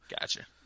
Gotcha